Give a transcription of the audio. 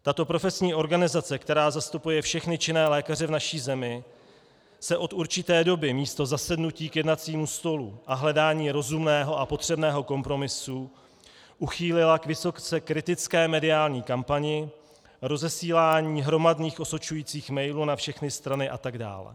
Tato profesní organizace, která zastupuje všechny činné lékaře v naší zemi, se od určité doby místo zasednutí k jednacímu stolu a hledání rozumného a potřebného kompromisu uchýlila k vysoce kritické mediální kampani, rozesílání hromadných osočujících mailů na všechny strany atd.